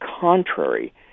contrary